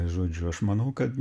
žodžiu aš manau kad